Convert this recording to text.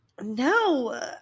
No